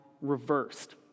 reversed